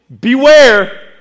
Beware